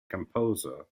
composer